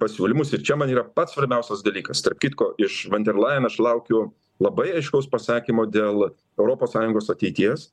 pasiūlymus ir čia man yra pats svarbiausias dalykas tarp kitko iš van der lajen aš laukiu labai aiškaus pasakymo dėl europos sąjungos ateities